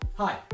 Hi